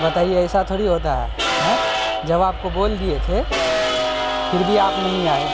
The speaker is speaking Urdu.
بتائیے ایسا تھوڑی ہوتا ہے ہائیں جب آپ کو بول دیے تھے پھر بھی آپ نہیں آئے